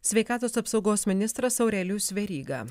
sveikatos apsaugos ministras aurelijus veryga